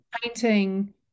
painting